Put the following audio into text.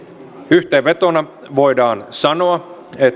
yhteenvetona voidaan sanoa että